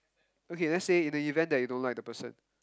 okay let's say in the event that you don't like the person